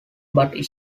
but